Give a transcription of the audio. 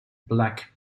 black